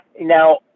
Now